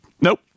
Nope